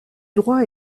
droit